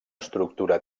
estructura